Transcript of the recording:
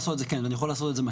כן, אני יכול לעשות את זה.